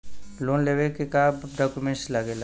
Loan लेवे के का डॉक्यूमेंट लागेला?